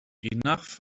enough